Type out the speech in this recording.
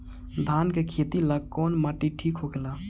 धान के खेती ला कौन माटी ठीक होखेला?